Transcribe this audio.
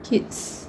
kids